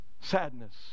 Sadness